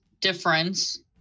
difference